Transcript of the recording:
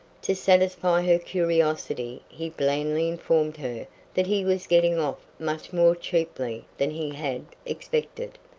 to satisfy her curiosity he blandly informed her that he was getting off much more cheaply than he had expected.